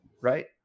Right